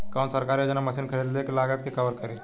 कौन सरकारी योजना मशीन खरीदले के लागत के कवर करीं?